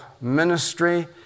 ministry